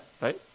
right